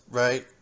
right